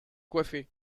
coiffer